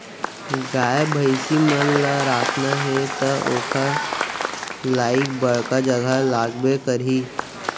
गाय भईंसी मन ल राखना हे त ओकर लाइक बड़का जघा लागबे करही